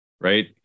right